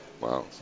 Wow